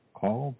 call